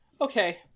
Okay